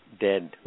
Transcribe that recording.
dead